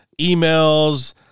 emails